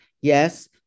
yes